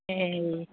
এই